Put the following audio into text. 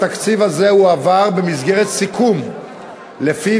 התקציב הזה הועבר במסגרת סיכום שלפיו